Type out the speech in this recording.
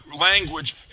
language